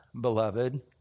beloved